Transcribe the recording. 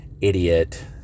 idiot